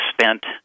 spent